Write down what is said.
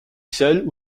seul